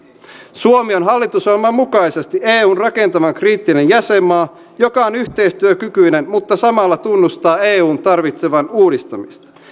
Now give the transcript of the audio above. suomi on hallitusohjelman mukaisesti eun rakentavan kriittinen jäsenmaa joka on yhteistyökykyinen mutta samalla tunnustaa eun tarvitsevan uudistamista